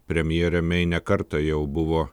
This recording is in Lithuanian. premjerė mei ne kartą jau buvo